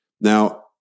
now